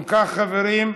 אם כך, חברים,